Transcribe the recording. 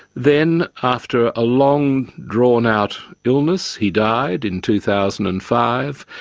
then after a long drawn-out illness he died in two thousand and five,